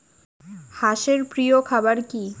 হাঁস এর প্রিয় খাবার কি?